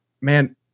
man